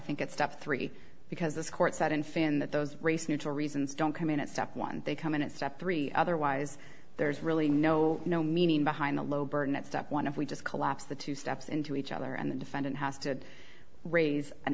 think it step three because this court said in fan that those race neutral reasons don't come in at step one they come in at step three otherwise there's really no no meaning behind the low burden at step one if we just collapse the two steps into each other and the defendant has to raise an